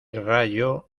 rayo